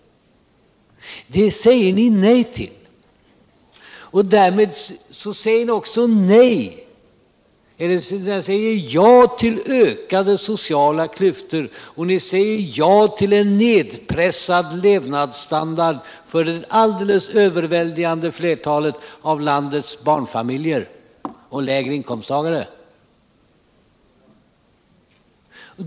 Det säger ni nej till. Därmed säger ni ja till ökade sociala klyftor och ja till en nedpressad levnadsstandard för det överväldigande flertalet av landets barnfamiljer och lägre inkomsttagare.